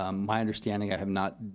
um my understanding, i have not